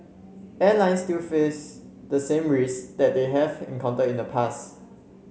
airline still face the same risk that they have encountered in the past